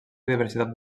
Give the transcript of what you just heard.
diversitat